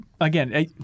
again